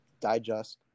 digest